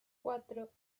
cuatro